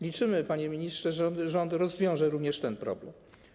Liczymy, panie ministrze, że rząd rozwiąże również ten problem.